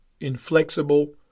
inflexible